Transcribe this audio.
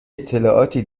اطلاعاتی